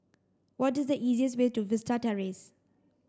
what is the easiest way to Vista Terrace